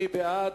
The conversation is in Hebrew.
מי בעד?